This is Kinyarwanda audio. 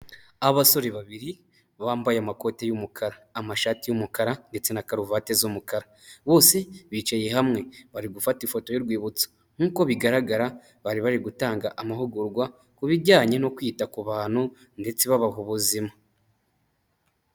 Abasore babiri bambaye amakoti y'umukara, amashati y'umukara ndetse na karuvati z'umukara. Bose bicaye hamwe, bari gufata ifoto y'urwibutso. Nk'uko bigaragara bari bari gutanga amahugurwa ku bijyanye no kwita ku bantu ndetse babaha ubuzima.